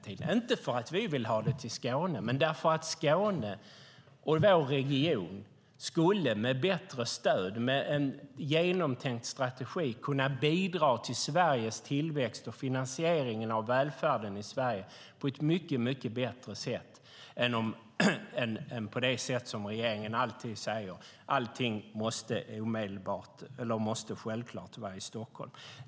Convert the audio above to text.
Det handlar inte om att vi vill ha det till Skåne utan om att Skåne och vår region med bättre stöd och en genomtänkt strategi skulle kunna bidra till Sveriges tillväxt och finansieringen av välfärden i Sverige på ett mycket bättre sätt än om det blir på det sätt regeringen alltid säger - att allt självklart måste vara i Stockholm.